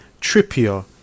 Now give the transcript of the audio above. Trippier